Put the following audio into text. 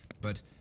But